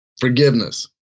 forgiveness